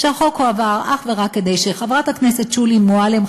שהחוק הועבר אך ורק כדי שחברת הכנסת שולי מועלם,